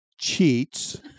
cheats